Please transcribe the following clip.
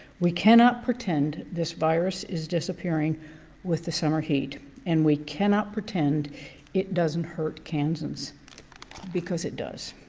we cannot pretend this virus is disappearing with the summer heat and we cannot pretend it doesn't hurt kansas because it does.